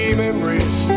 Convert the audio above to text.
memories